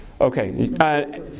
Okay